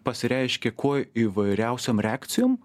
pasireiškia kuo įvairiausiom reakcijom